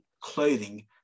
clothing